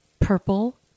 purple